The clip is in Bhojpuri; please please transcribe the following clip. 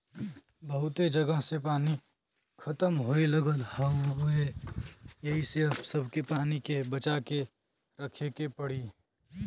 बहुते जगह से पानी खतम होये लगल हउवे एही से अब सबके पानी के बचा के रखे के पड़ी